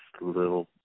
Little